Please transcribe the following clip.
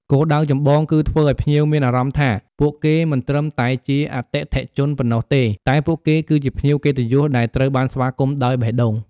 គោលដៅចម្បងគឺធ្វើឲ្យភ្ញៀវមានអារម្មណ៍ថា ពួកគេមិនត្រឹមតែជាអតិថិជនប៉ុណ្ណោះទេ តែពួកគេគឺជាភ្ញៀវកិត្តិយសដែលត្រូវបានស្វាគមន៍ដោយបេះដូង។